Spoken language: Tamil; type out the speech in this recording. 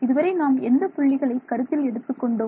இதுவரை நாம் எந்த புள்ளிகளை கருத்தில் எடுத்துக் கொண்டோம்